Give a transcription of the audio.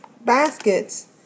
baskets